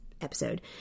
episode